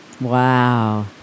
Wow